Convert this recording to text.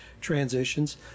transitions